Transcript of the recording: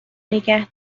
نگه